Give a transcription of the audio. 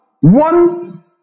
One